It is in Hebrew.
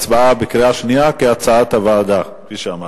הצבעה בקריאה שנייה כהצעת הוועדה, כפי שאמרתי.